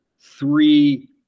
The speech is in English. three